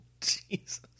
Jesus